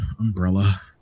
umbrella